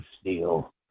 steel